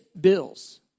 bills